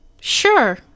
Sure